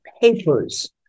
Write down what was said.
papers